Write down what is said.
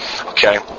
Okay